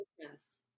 difference